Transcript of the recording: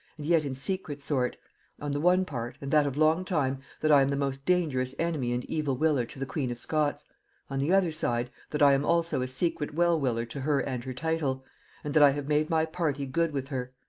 and yet in secret sort on the one part, and that of long time, that i am the most dangerous enemy and evil willer to the queen of scots on the other side, that i am also a secret well willer to her and her title and that i have made my party good with her.